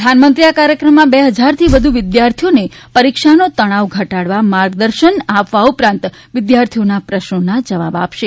પ્રધાનમંત્રી આ કાર્યક્રમમાં બે હજારથી વધુ વિદ્યાર્થીઓને પરીક્ષાનો તણાવ ઘટાડવા માર્ગદર્શન આપવા ઉપરાંત વિદ્યાર્થીઓના પ્રશ્નોના જવાબો આપશે